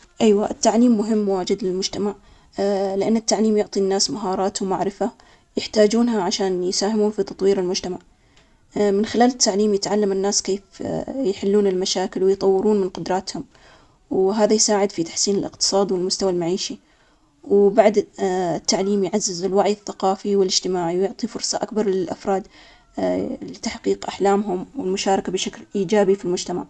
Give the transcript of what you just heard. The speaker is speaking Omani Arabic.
أيوه، التعليم مهم واجد للمجتمع، لأن التعليم يعطي الناس مهارات ومعرفة يحتاجونها عشان يساهمون في تطوير المجتمع من خلال التعليم، يتعلم الناس كيف يحلون المشاكل ويطورون من قدراتهم، وهذا يساعد في تحسين الإقتصاد والمستوى المعيشي، وبعد التعليم يعزز الوعي الثقافي والاجتماعي، ويعطي فرصة أكبر للأفراد لتحقيق أحلامهم والمشاركة بشكل إيجابي في المجتمع.